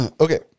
Okay